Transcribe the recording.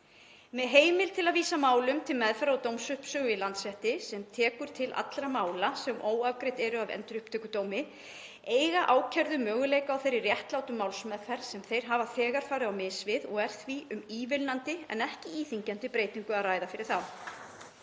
Með heimild til að vísa málum til meðferðar og dómsuppsögu í Landsrétti, sem tekur til allra mála sem óafgreidd eru af Endurupptökudómi, eiga ákærðu möguleika á þeirri réttlátu málsmeðferð sem þeir hafa farið á mis við og er því um ívilnandi en ekki íþyngjandi breytingu að ræða fyrir þá.